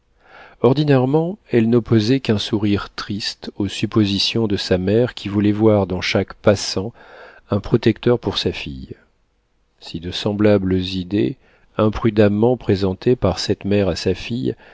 ordinairement elle n'opposait qu'un sourire triste aux suppositions de sa mère qui voulait voir dans chaque passant un protecteur pour sa fille si de semblables idées imprudemment présentées par cette mère à sa fille